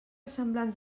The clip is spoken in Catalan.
semblants